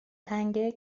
تنگه